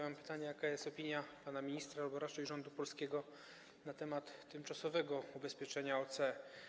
Mam pytanie: Jaka jest opinia pana ministra albo raczej rządu polskiego na temat tymczasowego ubezpieczenia OC?